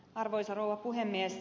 arvoisa rouva puhemies